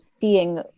seeing